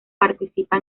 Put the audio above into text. participa